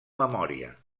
memòria